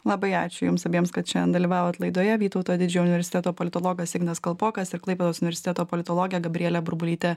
labai ačiū jums abiems kad šiandien dalyvavot laidoje vytauto didžiojo universiteto politologas ignas kalpokas ir klaipėdos universiteto politologė gabrielė burbulytė